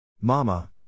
Mama